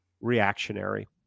reactionary